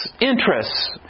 interests